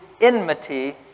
enmity